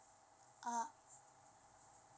ah